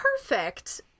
perfect